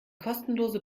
kostenlose